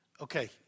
Okay